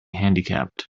handicapped